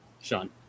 Sean